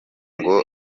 ngo